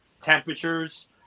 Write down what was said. temperatures